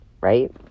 right